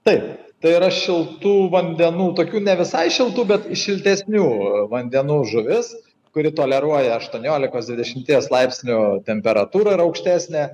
taip tai yra šiltų vandenų tokių ne visai šiltų bet šiltesnių vandenų žuvis kuri toleruoja aštuoniolikos dvidešimties laipsnių temperatūrą ir aukštesnę